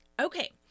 Okay